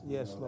Yes